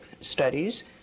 studies